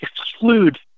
exclude